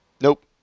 Nope